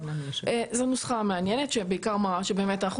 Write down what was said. זו נוסחה מעניינת שבעיקר מראה שבאמת אנחנו